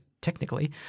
technically